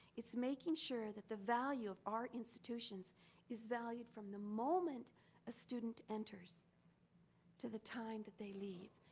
it's making sure that the value of our institutions is valued from the moment a student enters to the time that they leave.